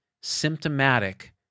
symptomatic